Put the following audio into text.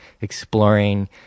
exploring